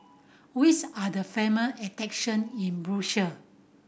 which are the famous attraction in Brussels